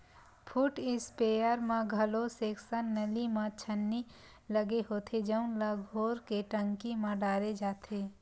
foot sprayer म घलो section नली म छन्नी लगे होथे जउन ल घोर के टंकी म डाले जाथे